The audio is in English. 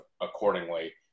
accordingly